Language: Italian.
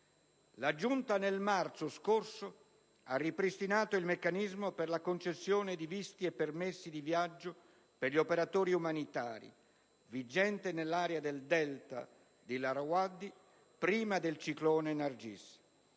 La giunta nel marzo scorso ha ripristinato il meccanismo per la concessione di visti e permessi di viaggio per gli operatori umanitari, vigente nell'area del delta dell'Irrawaddy prima del ciclone Nargis.